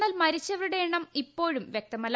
എന്നാൽ മരിച്ചവരുടെ എണ്ണം ഇപ്പോഴും വ്യക്തമല്ല